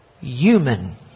human